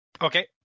Okay